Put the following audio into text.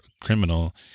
criminal